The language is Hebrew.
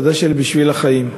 צעדה של "בשביל החיים".